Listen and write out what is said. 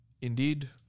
Indeed